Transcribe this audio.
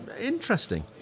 interesting